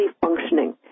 functioning